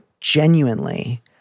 genuinely